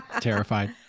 terrified